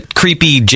creepy